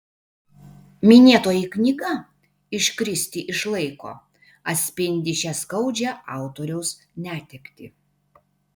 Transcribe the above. minėtoji knyga iškristi iš laiko atspindi šią skaudžią autoriaus netektį